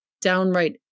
downright